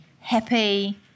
happy